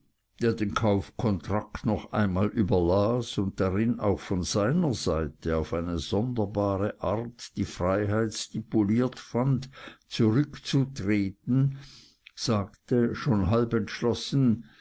der den kaufkontrakt noch einmal überlas und darin auch von seiner seite auf eine sonderbare art die freiheit stipuliert fand zurückzutreten sagte schon halb entschlossen